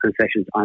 concessions